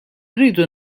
rridu